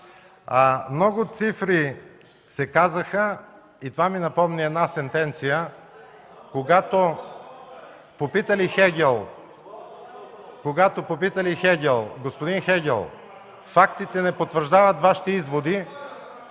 много цифри се казаха и това ми напомни една сентенция. Когато попитали Хегел: „Господин Хегел, фактите не потвърждават Вашите изводи”,